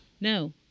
No